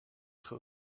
être